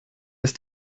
ist